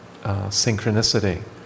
synchronicity